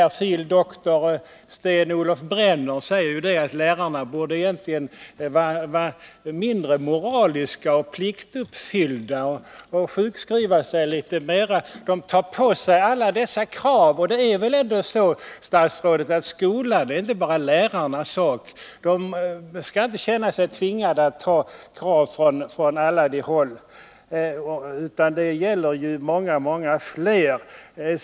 Fil. dr Sten-Olof Brenner säger att lärarna egentligen borde vara mindre moraliska och pliktuppfyllda och att de borde sjukskriva sig oftare. De tar på sig själva alla de krav som ställs när det gäller problemen inom skolan. Men, statsrådet Mogård, det är väl inte bara lärarnas sak att lösa de problemen? De skall inte känna sig tvingade att klara av krav från alla möjliga håll. Problemen i skolan gäller ju inte bara lärarna utan många andra.